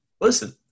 Listen